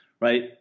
right